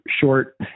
short